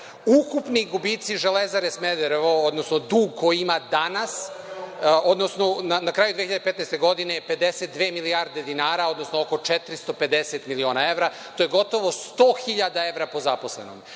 Ukupni gubici „Železare Smederevo“, odnosno dug koji ima danas, odnosno na kraju 2015. godine je 52 milijarde dinara, odnosno oko 450 miliona evra. To je gotovo 100.000 evra po zaposlenom. Imamo